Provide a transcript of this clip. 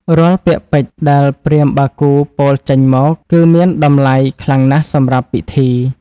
រាល់ពាក្យពេចន៍ដែលព្រាហ្មណ៍បាគូពោលចេញមក គឺមានតម្លៃខ្លាំងណាស់សម្រាប់ពីធី។